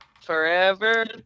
forever